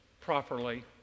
properly